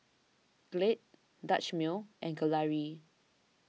Glade Dutch Mill and Gelare